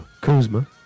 Kuzma